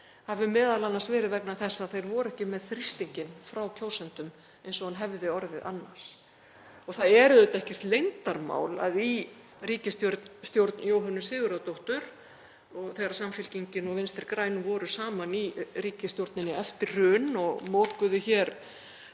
hafi m.a. verið vegna þess að þeir voru ekki með þrýsting frá kjósendum eins og hann hefði orðið annars. Það er auðvitað ekkert leyndarmál að í ríkisstjórn Jóhönnu Sigurðardóttur, þegar Samfylkingin og Vinstri græn voru saman í ríkisstjórninni eftir hrun og mokuðu hér